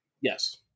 Yes